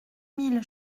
mille